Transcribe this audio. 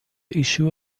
issue